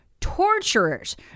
torturers